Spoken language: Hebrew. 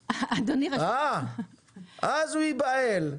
אז הוא ייבהל.